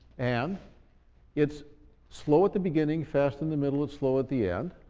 and it's slow at the beginning, fast in the middle it's slow at the end.